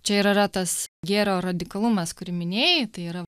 čia ir yra tas gėrio radikalumas kurį minėjai tai yra